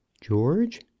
George